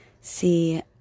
See